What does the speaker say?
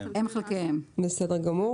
%m/m0.10".